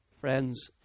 Friends